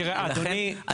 תראה, אדוני.